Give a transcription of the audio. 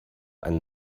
einen